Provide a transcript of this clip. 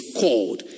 called